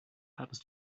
happens